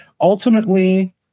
ultimately